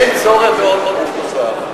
ואין צורך בגוף נוסף.